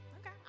okay